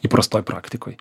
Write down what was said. įprastoj praktikoj